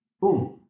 Boom